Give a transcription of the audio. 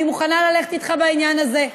אני מוכנה ללכת אתך בעניין הזה,